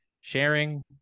sharing